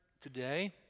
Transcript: today